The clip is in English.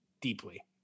deeply